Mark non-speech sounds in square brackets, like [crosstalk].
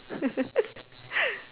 [laughs]